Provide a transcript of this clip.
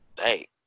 hey